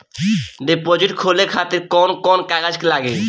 Deposit खोले खातिर कौन कौन कागज लागी?